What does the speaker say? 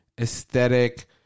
aesthetic